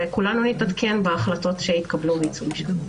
וכולנו נתעדכן בהחלטות שיתקבלו שם.